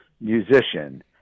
musician